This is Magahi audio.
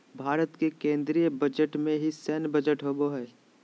भारत के केन्द्रीय बजट में ही सैन्य बजट होबो हइ